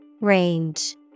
Range